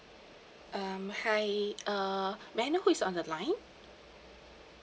um hi uh may I know who is on the line